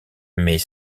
mais